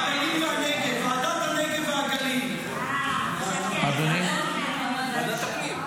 (הוראת שעה) (הארכת מועד לבקשת קבלת מימון),